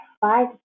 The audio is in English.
five